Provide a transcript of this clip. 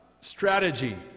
strategy